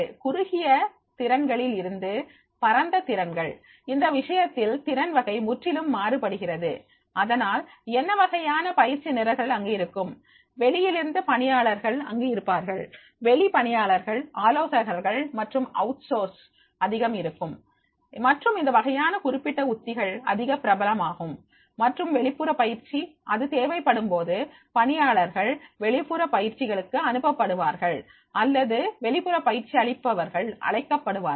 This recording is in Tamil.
குறுகிய திறன்களில் இருந்து பரந்த திறன்கள் இந்த விஷயத்தில் திறன் வகை முற்றிலும் மாறுபடுகிறது அதனால் என்ன வகையான பயிற்சி நிரல்கள் அங்கு இருக்கும் வெளியிலிருந்து பணியாளர்கள் அங்கு இருப்பார்கள் வெளி பணியாளர்கள் ஆலோசகர்கள் மற்றும் அவுட்சோர்ஸ் அதிகம் இருக்கும் மற்றும் இந்த வகையான குறிப்பிட்ட உத்திகள் அதிக பிரபலமாகும் மற்றும் வெளிப்புற பயிற்சி இது தேவைப்படும்போது பணியாளர்கள் வெளிப்புற பயிற்சிகளுக்கு அனுப்பப்படுவார்கள் அல்லது வெளிப்புற பயிற்சி அளிப்பவர்கள் அழைக்கப்படுவார்கள்